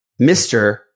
Mr